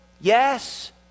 Yes